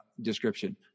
description